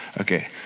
Okay